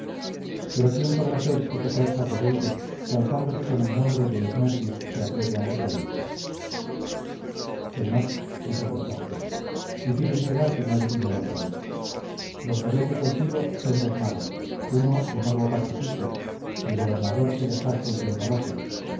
pero quién podrá ser ese persa rebelde que alzándose con el nombre de esmerdis se atreve a mi reino señor dijo prejaspes difícil será que no adivine la trama los rebeldes os digo son dos magos uno el mago patizites el gobernador que dejasteis en palacio